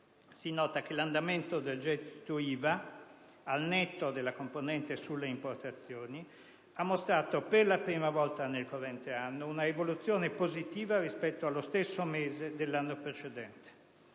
si nota che l'andamento del gettito IVA al netto della componente sulle importazioni ha mostrato per la prima volta nel corrente anno un'evoluzione positiva rispetto allo stesso mese dell'anno precedente.